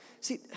See